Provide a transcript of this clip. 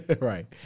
Right